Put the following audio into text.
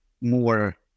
more